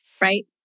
Right